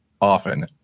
often